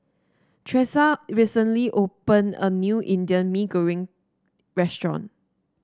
Tresa recently opened a new Indian Mee Goreng Restaurant